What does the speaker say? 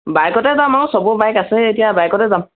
বাইকতে যাম আৰু চবৰ বাইক আছেই যেতিয়া বাইকতে যাম